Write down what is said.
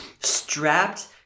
strapped